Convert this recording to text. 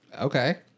Okay